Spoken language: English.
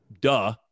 duh